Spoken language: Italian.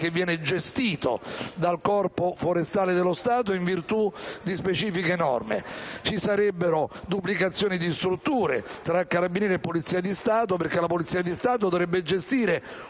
personale gestito dal Corpo forestale dello Stato, in virtù di specifiche norme. Ci sarebbero duplicazioni di strutture tra Carabinieri e Polizia di Stato, e quest'ultima dovrebbe gestire